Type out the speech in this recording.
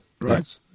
Right